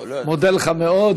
אני מודה לך מאוד.